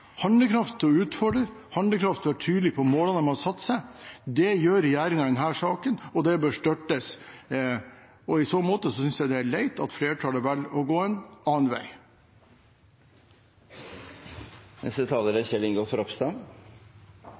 gjør regjeringen i denne saken, og det bør støttes, og i så måte synes jeg det er leit at flertallet velger å gå en annen